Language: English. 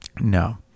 No